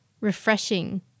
refreshing